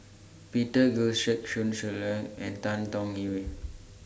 Peter Gilchrist Sun and Tan Tong Hye